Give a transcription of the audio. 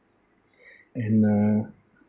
and uh